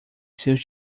seus